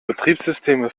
betriebssysteme